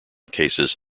cases